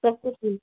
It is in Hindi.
सब कुछ मिल